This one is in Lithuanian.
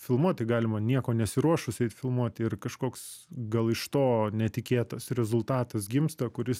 filmuoti galima nieko nesiruošus eit filmuoti ir kažkoks gal iš to netikėtas rezultatas gimsta kuris